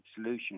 solution